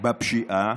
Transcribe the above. בפשיעה